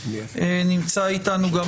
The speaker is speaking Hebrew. נמצא איתנו גם